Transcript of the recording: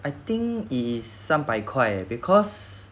I think is 三百块 because